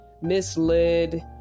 misled